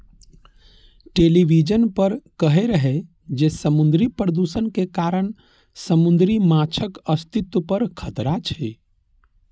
television पर कहै रहै जे समुद्री प्रदूषण के कारण समुद्री माछक अस्तित्व पर खतरा छै